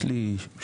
יש לי שאלה.